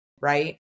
right